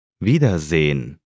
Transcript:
Wiedersehen